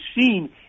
seen